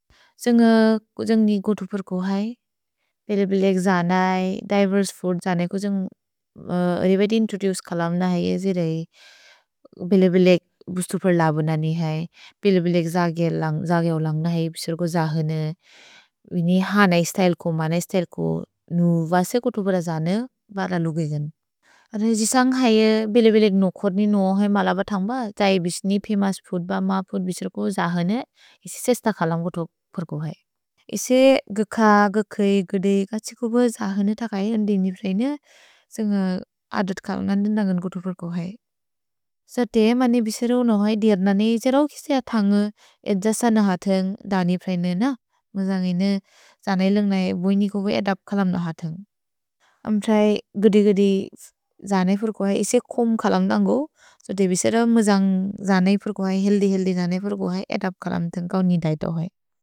कुजुन्ग् नि कुतुपर् को है, बिले-बिलेक् जन है, दिवेर्स् फूद् जने कुजुन्ग् रिबे दिन् तुति उस् कलम् न है, जिरै बिले-बिलेक् बुस्तुपर् लबु न नि है, बिले-बिलेक् जगे उलन्ग् न है, बिछर् को जहने, विनि हन इस्तय्ल् को, मन इस्तय्ल् को, नु वसे कुतुपर जने बल लुगे जन्। अर जिसन्ग् है, बिले-बिलेक् नोखोर् नि नोउ है, मल ब थन्ग् ब, त्सै बिछ्नि, फमोउस् फूद् ब, म फूद्, बिछर् को जहने, इसि सेस्त कलम् कुतुपर् को है। इसे गख, गकेइ, गदेइ, कत्सि को ब जहने थकै, अन्देनि प्रएने, सो न्ग अदत् कलम्, अन्देन् नगन् कुतुपर् को है। स ते मने बिछर उ नोउ है, दिएर्दन नेइ, जेरौ किस्ते अथन्गु, एद्ज स न हतन्ग्, दनि प्रएने न, म जन्गेने, जने उलन्ग् न है, बोइनि को ब एदप् कलम् न हतन्ग्। अम् त्रै गदे-गदे जने फुर्को है, इसि खोम् कलम् थन्गु, सो देबिसेर म जन्गेने फुर्को है, हिल्दे-हिल्दे जने फुर्को है, एदप् कलम् थन्गौ नि दैतो है।